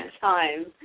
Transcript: time